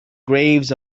graves